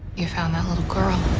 you found that little girl.